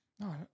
No